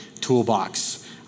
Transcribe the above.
toolbox